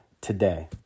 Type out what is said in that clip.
today